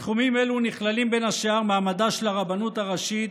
בתחומים אלו נכללים בין השאר מעמדה של הרבנות הראשית,